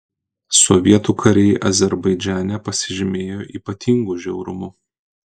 sovietų kariai azerbaidžane pasižymėjo ypatingu žiaurumu